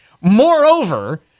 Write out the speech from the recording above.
Moreover